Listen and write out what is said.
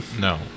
No